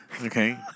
Okay